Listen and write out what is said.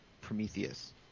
Prometheus